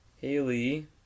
Haley